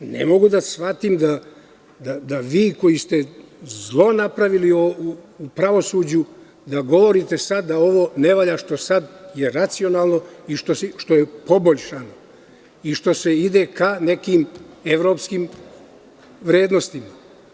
Ne mogu da shvatim da vi koji ste napravili zlo u pravosuđu, da govorite sad da ovo ne valja što je sada racionalno i što je poboljšano i što se ide ka nekim evropskim vrednostima.